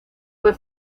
fue